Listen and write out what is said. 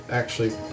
actually-